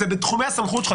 זה בתחומי הסמכות שלך,